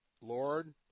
Lord